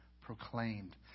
proclaimed